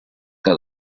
que